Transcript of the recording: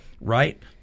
right